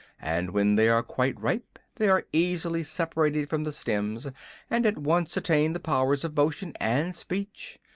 and when they are quite ripe they are easily separated from the stems and at once attain the powers of motion and speech.